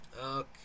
okay